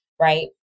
right